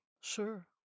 Sure